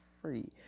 free